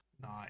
Nice